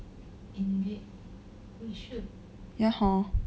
ya hor